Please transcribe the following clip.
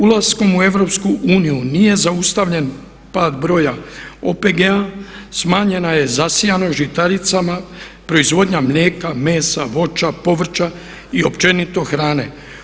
Ulaskom u EU nije zaustavljen pad broja OPG-a, smanjena je zasijanost žitaricama, proizvodnja mlijeka, mesa, voća, povrća i općenito hrane.